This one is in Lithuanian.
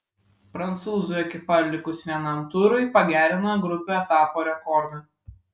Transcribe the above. prancūzų ekipa likus vienam turui pagerino grupių etapo rekordą